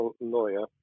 lawyer